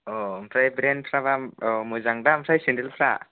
अ ओमफ्राय ब्रेन्दफ्राबा औ मोजांदा ओमफ्राय सेन्देलफ्रा